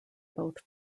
both